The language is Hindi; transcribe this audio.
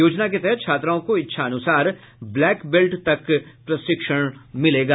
योजना के तहत छात्राओं को इच्छा अनुसार ब्लैक बेल्ट तक प्रशिक्षण मिलेगा